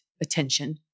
attention